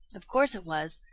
of course it was.